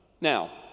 Now